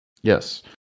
Yes